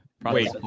Wait